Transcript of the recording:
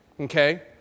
Okay